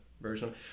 version